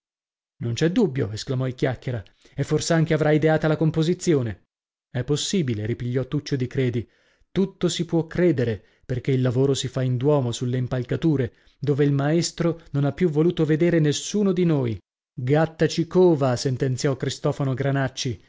non c'è dubbio esclamò il chiacchiera e fors'anche avrà ideata la composizione è possibile ripigliò tuccio di credi tutto si può credere perchè il lavoro si fa in duomo sulle impalcature dove il maestro non ha più voluto vedere nessuno di noi gatta ci cova sentenziò cristofano granacci